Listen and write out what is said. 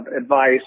advice